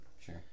Sure